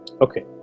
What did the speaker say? Okay